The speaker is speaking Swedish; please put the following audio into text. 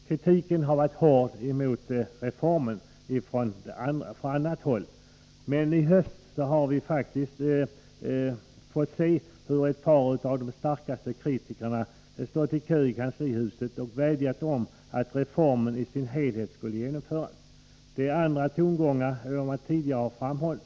Kritiken har varit hård mot reformen från andra håll, men i höst har vi faktiskt fått se hur ett par av de starkaste kritikerna stått i kö i kanslihuset och vädjat om att reformen i sin helhet skulle genomföras. Det är andra tongångar än vad som tidigare har kommit fram.